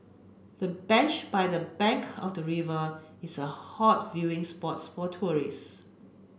the bench by the bank of the river is a hot viewing spots for tourist